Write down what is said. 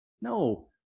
No